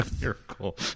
miracle